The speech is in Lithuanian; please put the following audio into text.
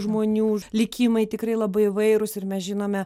žmonių likimai tikrai labai įvairūs ir mes žinome